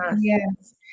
Yes